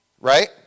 Right